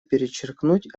перечеркнуть